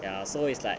ya so it's like